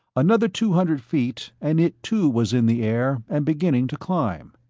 another two hundred feet and it, too, was in the air and beginning to climb.